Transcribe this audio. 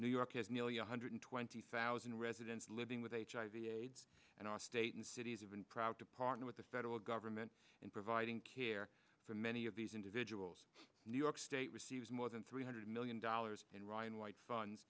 new york has nearly a hundred twenty thousand residents living with hiv aids and our state and cities have been proud to partner with the federal government in providing care for many of these individuals new york state receives more than three hundred million dollars in ryan white funds